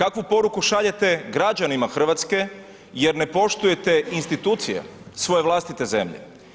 kakvu poruku šaljete građanima Hrvatske jer ne poštujete institucije svoje vlastite zemlje?